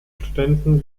studenten